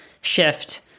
shift